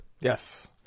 Yes